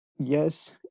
yes